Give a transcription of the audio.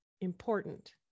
important